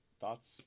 thoughts